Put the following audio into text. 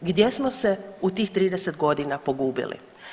Gdje smo se u tih 30 godina pogubili?